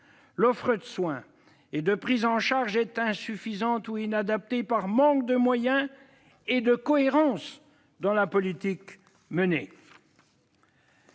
L'offre de soins et de prise en charge est insuffisante ou inadaptée par manque de moyens et de cohérence dans la politique menée.